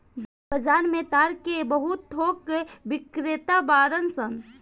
बाजार में ताड़ के बहुत थोक बिक्रेता बाड़न सन